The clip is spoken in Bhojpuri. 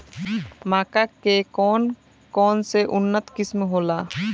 मक्का के कौन कौनसे उन्नत किस्म होला?